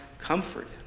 comfort